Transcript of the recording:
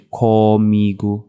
comigo